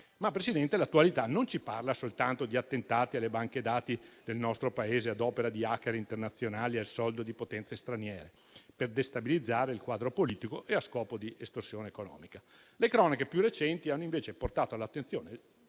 Presidente, l'attualità non ci parla soltanto di attentati alle banche dati del nostro Paese ad opera di *hacker* internazionali al soldo di potenze straniere, per destabilizzare il quadro politico e a scopo di estorsione economica. Le cronache più recenti hanno, invece, portato all'attenzione